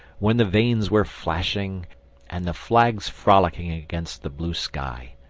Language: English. when the vanes were flashing and the flags frolicking against the blue sky,